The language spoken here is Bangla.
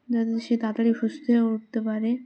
যতে সে তাড়াতাড়ি সুস্থ হয়ে উঠতে পারে